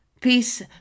Peace